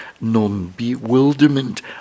non-bewilderment